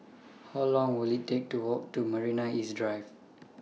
How Long Will IT Take to Walk to Marina East Drive